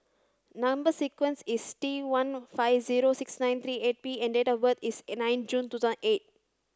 number sequence is T one five zero six nine three eight P and date of birth is nine June two thousand eight